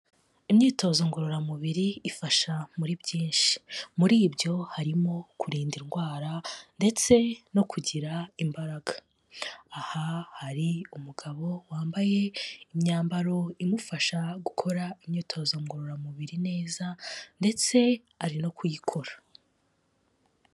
Imyitozo ngororamubiri ifasha muri byinshi, muri ibyo harimo kurinda indwara ndetse no kugira imbaraga, aha hari umugabo wambaye imyambaro imufasha gukora imyitozo ngororamubiri neza ndetse ari no kuyikora.